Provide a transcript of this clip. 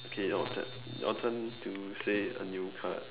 okay your turn your turn to say a new card